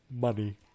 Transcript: money